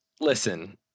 listen